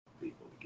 people